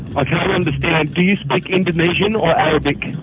i can't understand. do you speak indonesian or arabic?